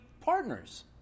partners